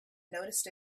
noticed